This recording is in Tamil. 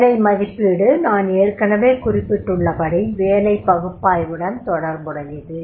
வேலை மதிப்பீடு நான் ஏற்கனவே குறிப்பிட்டுள்ளபடி வேலைப் பகுப்பாய்வுடன் தொடர்புடையது